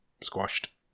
squashed